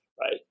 right